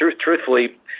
truthfully